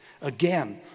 Again